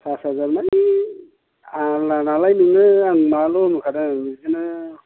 pass हाजारलै आलना नालाय नोङो आं माबाल' होनखादों बिदिनो